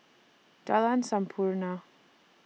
Jalan Sampurna